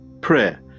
Prayer